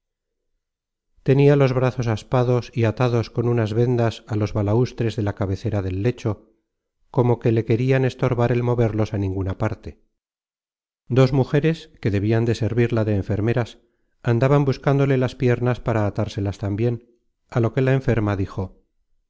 tenia los brazos aspados y atados con unas vendas á los balaustres de la cabecera del lecho como que le querian estorbar el moverlos á ninguna parte dos mujeres que debian de servirla de enfermeras andaban buscándole las piernas para atárselas tambien á lo que la enferma dijo